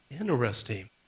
Interesting